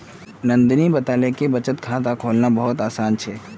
नंदनी बताले कि बचत खाता खोलना बहुत आसान छे